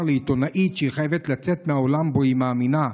לעיתונאית ש'היא חייבת לצאת מהעולם שבו היא מאמינה,